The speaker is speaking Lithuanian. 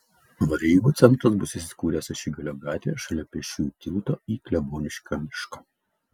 varžybų centras bus įsikūręs ašigalio gatvėje šalia pėsčiųjų tilto į kleboniškio mišką